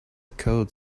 code